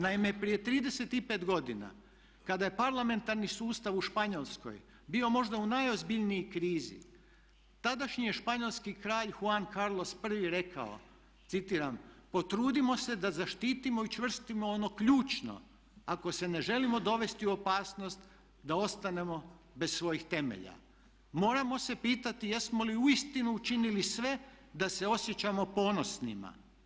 Naime, prije 35 godina kada je parlamentarni sustav u Španjolskoj bio možda u najozbiljnijoj krizi tadašnji je španjolski kralj Juan Carlos I rekao citiram: "Potrudimo se da zaštitimo i učvrstimo ono ključno, ako se ne želimo dovesti u opasnost da ostanemo bez svojih temelja." Moramo se pitati jesmo li uistinu učinili sve da se osjećamo ponosnima.